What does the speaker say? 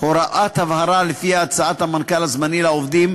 הוראת הבהרה שלפיה הצעת המנכ"ל הזמני לעובדים